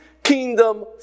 kingdom